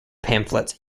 pamphlets